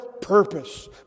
purpose